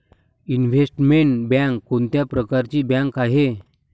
Investment bank कोणत्या प्रकारची bank आहे?